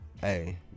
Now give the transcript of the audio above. Hey